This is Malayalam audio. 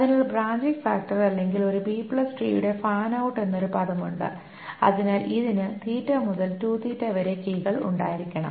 അതിനാൽ ബ്രാഞ്ചിംഗ് ഫാക്ടർ അല്ലെങ്കിൽ ഒരു ബി ട്രീയുടെ B tree ഫാൻ ഔട്ട് എന്നൊരു പദം ഉണ്ട് അതിനാൽ ഇതിന് മുതൽ വരെ കീകൾ ഉണ്ടായിരിക്കണം